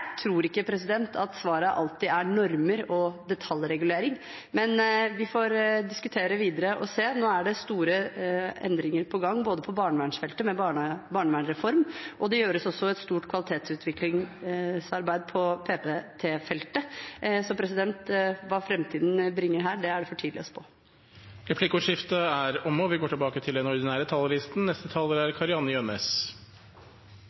tror ikke at svaret alltid er normer og detaljregulering, men vi får diskutere videre og se. Nå er det store endringer på gang på barnevernsfeltet, med barnevernsreform, og det gjøres også et stort kvalitetsutviklingsarbeid på PPT-feltet. Så hva framtiden bringer her, er det for tidlig å spå. Replikkordskiftet er omme.